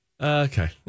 Okay